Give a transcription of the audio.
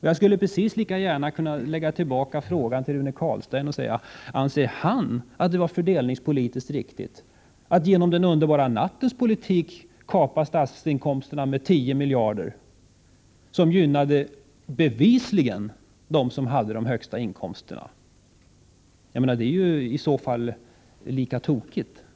Jag skulle precis lika gärna kunna lägga tillbaka frågan till Rune Carlstein: Anser Rune Carlstein att det var fördelningspolitiskt riktigt att genom den underbara nattens politik kapa statsinkomsterna med 10 miljarder, vilket bevisligen gynnade dem som hade de högsta inkomsterna? Det är i så fall lika tokigt.